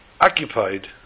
occupied